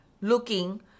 looking